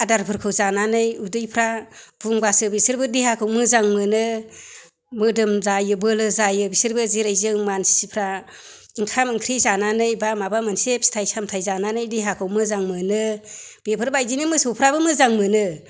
आदारफोरखौ जानानै उदैफोरा बुंबासो बिसोरबो देहाखौ मोजां मोनो मोदोम जायो बोलो जायो बिसोरबो जेरै जों मानसिफोरा ओंखाम ओंख्रि जानानै एबा माबा मोनसे फिथाइ सामथाय जानानै देहाखौ मोजां मोनो बेफोरबायदिनो मोसौफोराबो मोजां मोनो